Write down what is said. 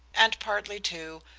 and partly, too,